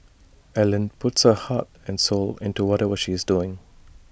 Ellen puts her heart and soul into whatever she's doing